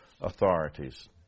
authorities